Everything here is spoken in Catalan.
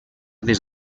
des